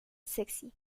sexy